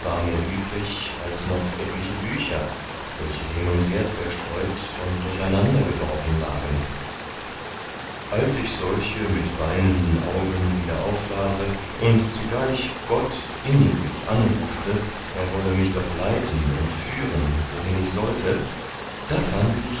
mehr übrig als noch etliche bücher welche hin und her zerstreut und durcheinander geworfen lagen als ich solche mit weinenden augen wieder auflase und zugleich gott inniglich anrufte er wollte mich doch leiten und führen wohin ich sollte da fand ich